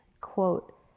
quote